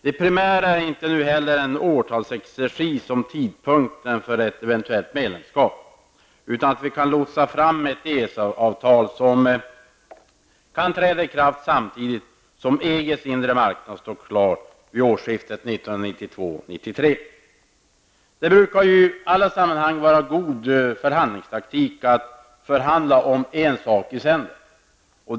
Det primära är inte nu heller en årtalsexercis om tidpunkten för ett eventuellt medlemskap utan att vi kan lotsa fram ett EES avtal som kan träda i kraft samtidigt som EGs inre marknad står klar vid årsskiftet 1992-1993. Det brukar i alla sammanhang vara god förhandlingstaktik att förhandla om en sak i sänder.